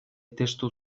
testu